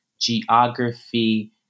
geography